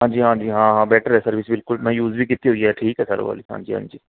ਹਾਂਜੀ ਹਾਂਜੀ ਹਾਂ ਬੈਟਰ ਹੈ ਸਰਵਿਸ ਬਿਲਕੁਲ ਮੈਂ ਯੂਜ ਵੀ ਕੀਤੀ ਹੋਈ ਹੈ ਠੀਕ ਆ ਸਰ ਬਾਹਲੀ ਹਾਂਜੀ ਹਾਂਜੀ